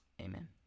Amen